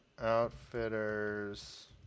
Outfitters